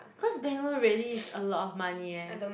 cause bank loan really is a lot of money eh